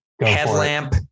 headlamp